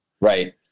right